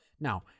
Now